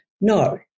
no